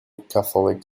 catholic